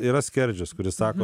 yra skerdžius kuris sako